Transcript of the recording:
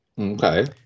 Okay